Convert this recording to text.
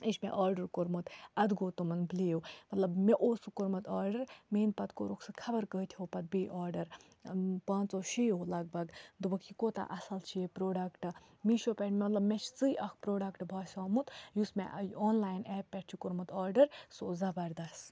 یہِ چھُ مےٚ آرڈَر کوٚرمُت اَدٕ گوٚو تِمَن بلیٖو مطلب مےٚ اوس سُہ کوٚرمُت آرڈَر میٛٲنۍ پَتہٕ کوٚرُکھ سُہ خَبر کٲتِہو پَتہٕ بیٚیہِ آرڈَر پانٛژو شییو لَگ بگ دوٚپُکھ یہِ کوتاہ اَصٕل چھُ یہِ پرٛوڈَکٹ میٖشو پٮ۪ٹھ مطلب مےٚ چھِ سُے اَکھ پروڈَکٹ باسیومُت یُس مےٚ آنلاین ایپ پٮ۪ٹھ چھُ کوٚرمُت آرڈَر سُہ اوس زَبَردَس